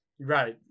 Right